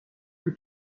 que